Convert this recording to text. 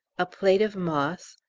a plate of moss,